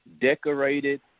decorated